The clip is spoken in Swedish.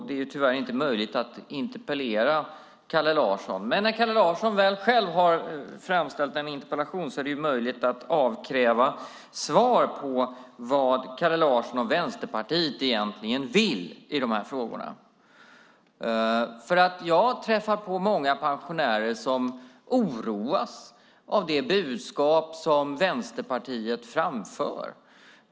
Det är tyvärr inte möjligt att interpellera Kalle Larsson, men när han nu själv har framställt en interpellation är det ju möjligt att avkräva svar på vad han och Vänsterpartiet egentligen vill i de här frågorna. Jag träffar många pensionärer som oroas av det budskap som Vänsterpartiet framför.